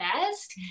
best